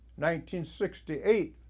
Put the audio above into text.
1968